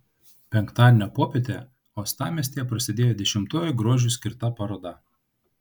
penktadienio popietę uostamiestyje prasidėjo dešimtoji grožiui skirta paroda